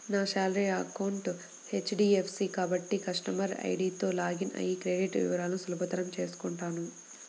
నా salary account HDFC కాబట్టి customer ఐడీతో లాగిన్ అయ్యి క్రెడిట్ వివరాలను సులభంగా తెల్సుకుంటాను